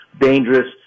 dangerous